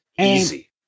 Easy